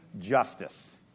justice